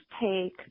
take